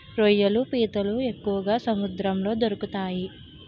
రొయ్యలు పీతలు ఎక్కువగా సముద్రంలో దొరుకుతాయి